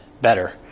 better